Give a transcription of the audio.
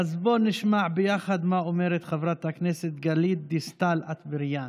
אז בוא נשמע ביחד מה אומרת חברת הכנסת גלית דיסטל אטבריאן.